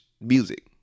music